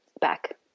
back